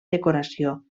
decoració